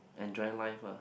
enjoy life ah